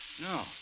No